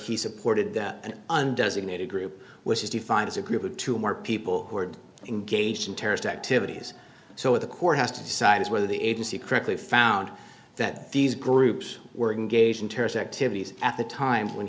he supported that undoes in a group which is defined as a group of two more people who are engaged in terrorist activities so the court has to decide is whether the agency correctly found that these groups were engaged in terrorist activities at the time when